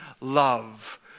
love